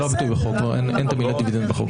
זה לא הביטוי בחוק, אין את המילה דיבידנד בחוק.